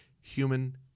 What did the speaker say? human